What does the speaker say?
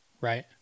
right